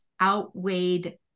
outweighed